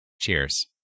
Cheers